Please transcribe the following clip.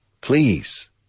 Please